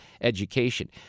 education